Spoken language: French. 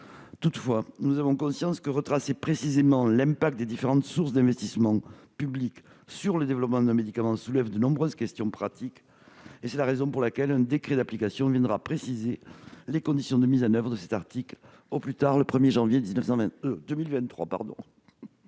Toutefois, nous avons bien conscience que retracer précisément les effets des différentes sources d'investissement public sur le développement d'un médicament soulève de nombreuses questions pratiques. C'est la raison pour laquelle un décret d'application viendra préciser les conditions de mise en oeuvre de cet article au plus tard le 1 janvier 2023.